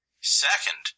Second